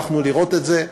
הלכנו לראות את זה,